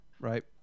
right